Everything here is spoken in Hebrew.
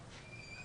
שאירוע